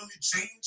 change